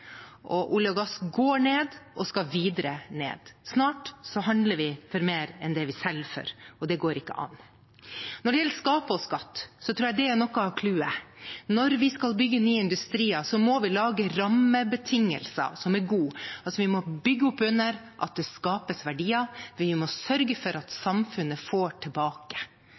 og skal videre ned. Snart handler vi for mer enn det vi selger for, og det går ikke an. Når det gjelder å skape og skatte, tror jeg det er noe av «cluet». Når vi skal bygge nye industrier, må vi lage rammebetingelser som er gode. Vi må bygge oppunder at det skapes verdier, men vi må sørge for at samfunnet får tilbake,